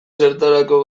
zertarako